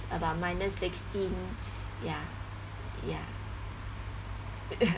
about minus sixteen ya ya